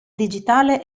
digitale